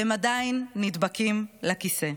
אתם עדיין נדבקים לכיסא.